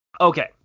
okay